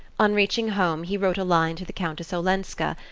on reaching home he wrote a line to the countess olenska,